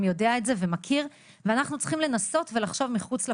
יודע את זה ומכיר ואנחנו צריכים לנסות ולחשוב מחוץ לקופא.